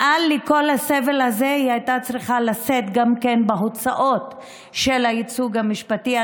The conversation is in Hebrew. מעל כל הסבל הזה היא הייתה צריכה לשאת גם בהוצאות של הייצוג המשפטי.